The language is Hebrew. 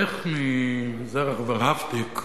איך מזרח ורהפטיג,